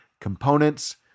Components